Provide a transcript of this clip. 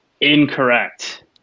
incorrect